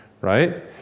right